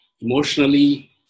emotionally